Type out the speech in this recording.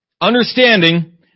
Understanding